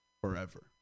forever